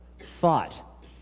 thought